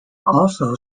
also